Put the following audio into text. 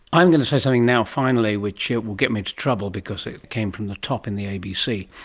i'm going to say something now, finally, which will get me into trouble because it came from the top in the abc,